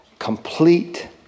complete